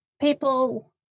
people